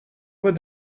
voix